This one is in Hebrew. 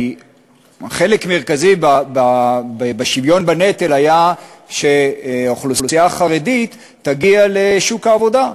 כי חלק מרכזי בשוויון בנטל היה שהאוכלוסייה החרדית תגיע לשוק העבודה,